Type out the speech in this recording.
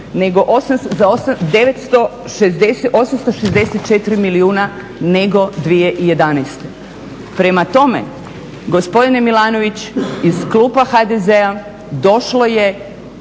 864 milijuna nego 2011. Prema tome, gospodine Milanović iz klupa HDZ-a došlo je